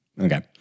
Okay